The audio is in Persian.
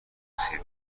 مسیر